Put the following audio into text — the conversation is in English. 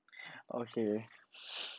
okay